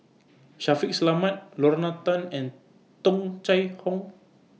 Shaffiq Selamat Lorna Tan and Tung Chye Hong